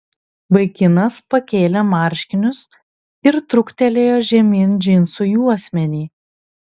vaikinas pakėlė marškinius ir truktelėjo žemyn džinsų juosmenį